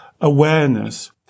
awareness